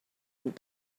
and